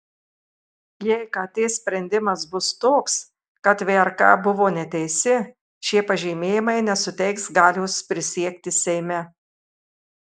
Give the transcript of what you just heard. jei kt sprendimas bus toks kad vrk buvo neteisi šie pažymėjimai nesuteiks galios prisiekti seime